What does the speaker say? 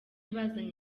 bazanye